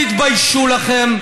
תתביישו לכם.